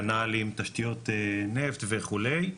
כנ"ל עם תשתיות נפט וכולי,